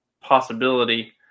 possibility